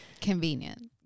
Convenient